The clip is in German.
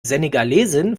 senegalesin